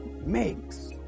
makes